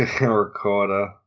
recorder